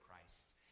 Christ